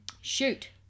Shoot